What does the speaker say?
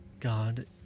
God